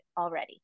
already